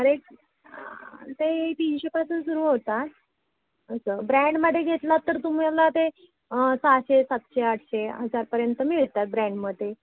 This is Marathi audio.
रेट ते तीनशेपासून सुरू होतात असं ब्रँडमध्ये घेतला तर तुम्ही मला ते सहाशे सातशे आठशे हजारपर्यंत मिळतात ब्रँडमध्ये